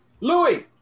louis